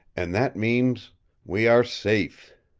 and that means we are safe.